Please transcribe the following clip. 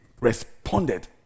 responded